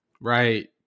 right